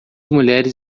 mulheres